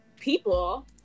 people